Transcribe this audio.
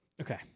Okay